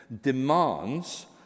demands